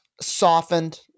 softened